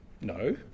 No